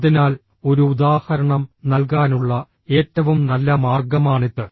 അതിനാൽ ഒരു ഉദാഹരണം നൽകാനുള്ള ഏറ്റവും നല്ല മാർഗ്ഗമാണിത്